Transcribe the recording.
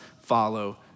follow